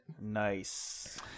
Nice